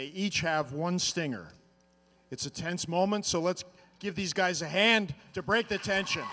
they each have one stinger it's a tense moment so let's give these guys a hand to break the tension